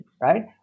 Right